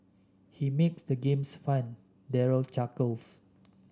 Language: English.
he makes the games fun Daryl chuckles